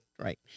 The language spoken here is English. right